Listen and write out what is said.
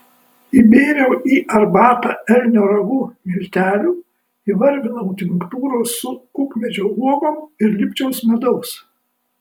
įbėriau į arbatą elnio ragų miltelių įvarvinau tinktūros su kukmedžio uogom ir lipčiaus medaus